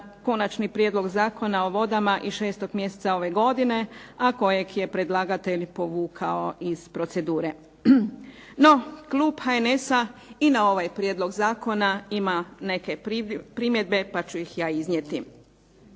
Konačni prijedlog Zakona o vodama iz 6. mjeseca ove godine, a kojeg je predlagatelj povukao iz procedure. No klub HNS-a i na ovaj prijedlog zakona ima neke primjedbe, pa ću ih ja iznijeti.